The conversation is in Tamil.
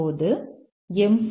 இப்போது எம்